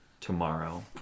tomorrow